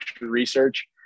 research